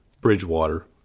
Bridgewater